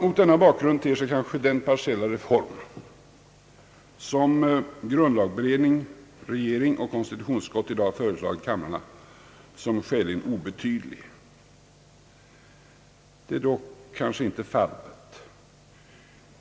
Mot denna bakgrund ter sig kanske den partiella reform som grundlagberedning, regering och konstitutionsutskott i dag föreslagit kamrarna som skäligen obetydlig. Detta är emellertid kanske inte fallet.